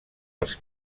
els